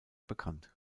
bekannt